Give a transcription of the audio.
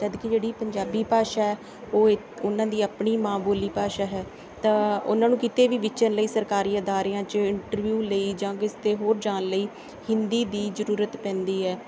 ਜਦ ਕਿ ਜਿਹੜੀ ਪੰਜਾਬੀ ਭਾਸ਼ਾ ਉਹ ਉਹਨਾਂ ਦੀ ਆਪਣੀ ਮਾਂ ਬੋਲੀ ਭਾਸ਼ਾ ਹੈ ਤਾਂ ਉਹਨਾਂ ਨੂੰ ਕਿਤੇ ਵੀ ਵਿਚਰਨ ਲਈ ਸਰਕਾਰੀ ਅਦਾਰਿਆਂ 'ਚ ਇੰਟਰਵਿਊ ਲਈ ਜਾਂ ਕਿਤੇ ਹੋਰ ਜਾਣ ਲਈ ਹਿੰਦੀ ਦੀ ਜ਼ਰੂਰਤ ਪੈਂਦੀ ਹੈ